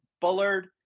Bullard